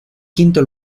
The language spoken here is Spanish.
quinto